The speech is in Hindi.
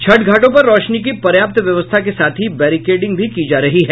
छठ घाटों पर रौशनी की पर्याप्त व्यवस्था के साथ ही बैरिकेडिंग भी की जा रही है